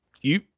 you-